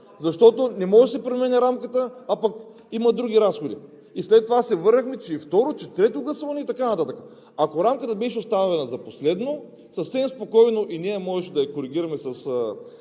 Защото не може да се променя рамката, а пък има други разходи, и след това се върнахме, че второ, че трето гласуване и така нататък. Ако рамката беше оставена за последно, съвсем спокойно и ние можеше да я коригираме с